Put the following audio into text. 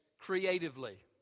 creatively